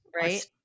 Right